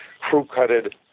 crew-cutted